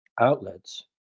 outlets